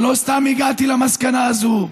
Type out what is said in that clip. ולא סתם הגעתי למסקנה הזאת.